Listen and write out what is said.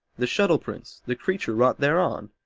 the shuttle-prints, the creature wrought thereon